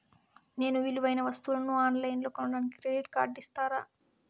నేను విలువైన వస్తువులను ఆన్ లైన్లో కొనడానికి క్రెడిట్ కార్డు ఇస్తారా?